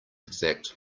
exact